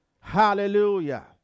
Hallelujah